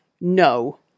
no